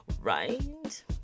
right